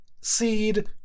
seed